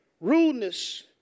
rudeness